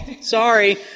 Sorry